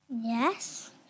Yes